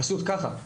פשוט ככה.